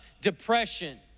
depression